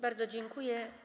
Bardzo dziękuję.